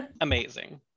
Amazing